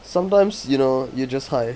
sometimes you know you just high